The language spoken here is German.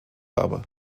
habe